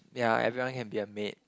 ya everyone can be a maid